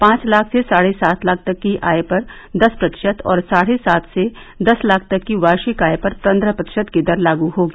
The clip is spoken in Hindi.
पांच लाख से साढ़े सात लाख तक की आय पर दस प्रतिशत और साढ़े सात से दस लाख तक की वार्षिक आय पर पन्दह प्रतिशत की दर लागू होगी